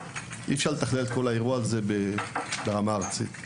אי אפשר באמת לתכלל את כל האירוע הזה ברמה הארצית.